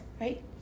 right